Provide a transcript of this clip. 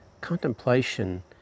contemplation